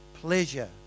pleasure